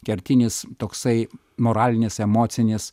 kertinis toksai moralinis emocinis